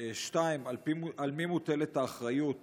2. על מי מוטלת האחריות